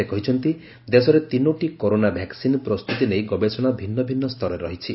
ସେ କହିଛନ୍ତି ଦେଶରେ ତିନୋଟି କରୋନା ଭ୍ୟାକ୍ସିନ ପ୍ରସ୍ତୁତି ନେଇ ଗବେଷଣା ଭିନ୍ନ ଭିନ୍ନ ସ୍ତରରେ ରହିଛି